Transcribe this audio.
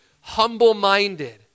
humble-minded